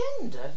gender